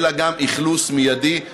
אלא גם באכלוס מיידי,